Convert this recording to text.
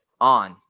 on